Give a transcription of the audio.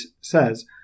says